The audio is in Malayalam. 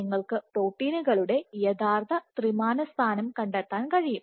നിങ്ങൾക്ക് പ്രോട്ടീനുകളുടെ യഥാർത്ഥ ത്രിമാന സ്ഥാനം കണ്ടെത്താൻ കഴിയും